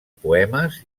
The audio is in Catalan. poemes